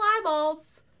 eyeballs